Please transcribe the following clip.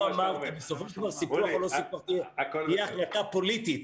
בסופו של דבר סיפוח או לא סיפוח זו תהיה החלטה פוליטית,